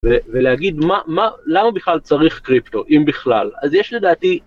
ולהגיד מה, למה בכלל צריך קריפטו אם בכלל אז יש לדעתי.